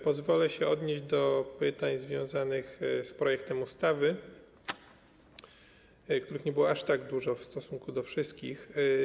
Pozwolę sobie odnieść się do pytań związanych z projektem ustawy, których nie było aż tak dużo w stosunku do wszystkich.